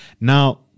Now